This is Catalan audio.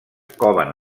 coven